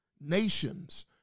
Nations